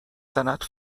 زند